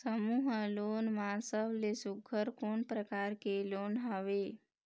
समूह लोन मा सबले सुघ्घर कोन प्रकार के लोन हवेए?